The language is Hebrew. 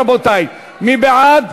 רבותי, מי בעד?